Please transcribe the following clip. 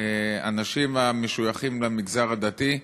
אנשים המשויכים למגזר הדתי,